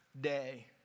day